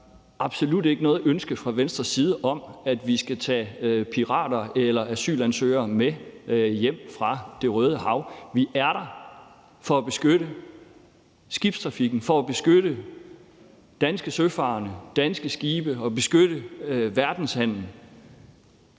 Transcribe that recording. absolut ikke noget ønske fra Venstres side om, at vi skal tage pirater eller asylansøgere med hjem fra Det Røde Hav. Vi er der for at beskytte skibstrafikken og for at beskytte danske søfarende og danske skibe og beskytte verdenshandelen,